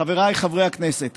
חבריי חברי הכנסת,